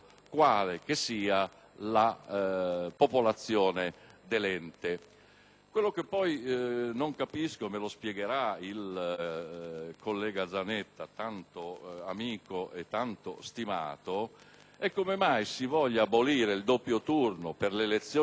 Quello che poi non capisco - me lo spiegherà il collega Zanetta, tanto amico e tanto stimato - è come mai si voglia abolire il doppio turno per l'elezione del sindaco nei Comuni con popolazione superiore a 15.000 abitanti,